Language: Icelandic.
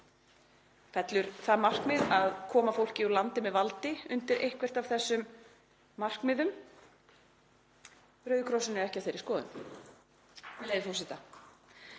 það markmið að koma fólki úr landi með valdi undir eitthvert af þessum markmiðum? Rauði krossinn er ekki á þeirri skoðun, með leyfi forseta: